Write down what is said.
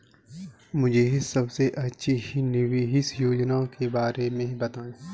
मुझे सबसे अच्छी निवेश योजना के बारे में बताएँ?